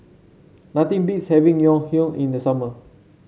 nothing beats having Ngoh Hiang in the summer